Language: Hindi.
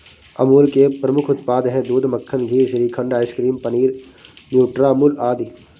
अमूल के प्रमुख उत्पाद हैं दूध, मक्खन, घी, श्रीखंड, आइसक्रीम, पनीर, न्यूट्रामुल आदि